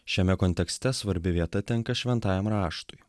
šiame kontekste svarbi vieta tenka šventajam raštui